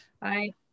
Bye